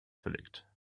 verlegt